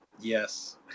Yes